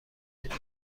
دادی